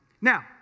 Now